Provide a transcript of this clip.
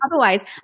Otherwise